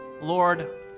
Lord